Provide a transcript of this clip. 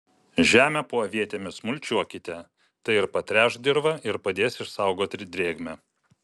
žemę po avietėmis mulčiuokite tai ir patręš dirvą ir padės išsaugoti drėgmę